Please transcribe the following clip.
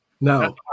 No